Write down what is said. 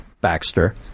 baxter